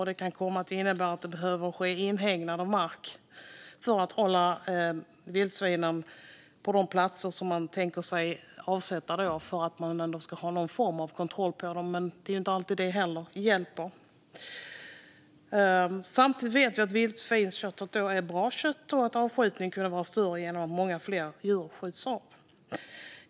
Det kan innebära att man behöver hägna in mark för att hålla vildsvinen på de platser som man kan tänka sig att avsätta för att ha någon form av kontroll över dem, men det är inte alltid det heller hjälper. Samtidigt vet vi att vildsvinskött är bra kött och att avskjutningen kunde vara mycket större.